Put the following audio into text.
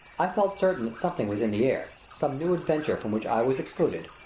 i felt certain that something was in the air, some new adventure from which i was excluded,